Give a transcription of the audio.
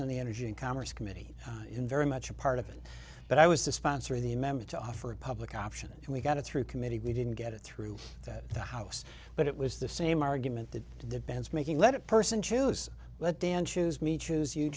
and the energy and commerce committee in very much a part of it but i was the sponsor of the member to offer a public option and we got it through committee we didn't get it through the house but it was the same argument that depends making let a person choose let dan choose me choose you